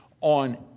on